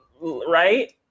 right